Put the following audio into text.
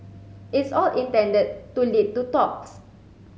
it's all intended to lead to talks